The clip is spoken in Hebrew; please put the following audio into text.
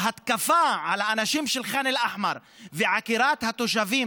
בהתקפה על האנשים של ח'אן אל-אחמר ועקירת התושבים